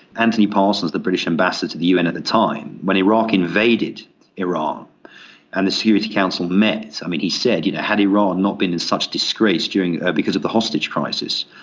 anthony parsons, the british ambassador to the un at the time, when iraq invaded iran and the security council met, i mean, he said you know had iran not been in such disgrace because of the hostage crisis,